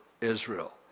Israel